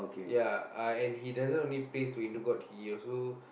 ya I and he doesn't only prays to Hindu god he also